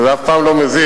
שזה אף פעם לא מזיק.